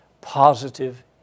positive